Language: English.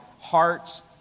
hearts